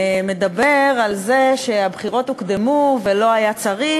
מדבר על זה שהבחירות הוקדמו ולא היה צריך,